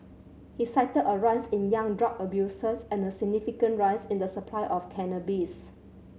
he cited a rise in young drug abusers and a significant rise in the supply of cannabis